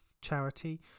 charity